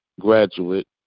graduate